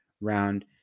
round